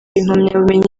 impamyabumenyi